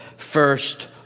first